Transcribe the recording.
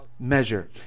measure